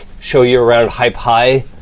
show-you-around-hype-high